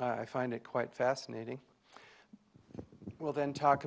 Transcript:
i find it quite fascinating that will then talk